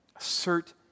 Assert